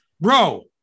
Bro